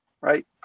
Right